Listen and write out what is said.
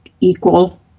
equal